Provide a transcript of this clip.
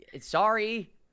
Sorry